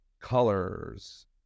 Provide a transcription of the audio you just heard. colors